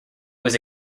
was